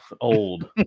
old